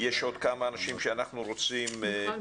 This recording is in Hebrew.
יש עוד כמה אנשים שאנחנו רוצים לשמוע.